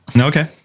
Okay